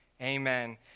amen